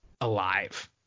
alive